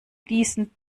diesen